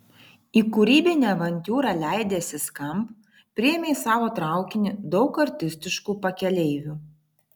į kūrybinę avantiūrą leidęsi skamp priėmė į savo traukinį daug artistiškų pakeleivių